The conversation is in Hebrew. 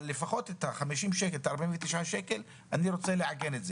אבל, לפחות, אני רוצה לעגן את 49 השקלים.